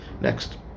Next